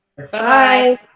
Bye